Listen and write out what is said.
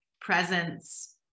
presence